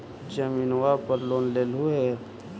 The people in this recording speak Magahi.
जमीनवा पर लोन लेलहु हे?